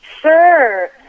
Sure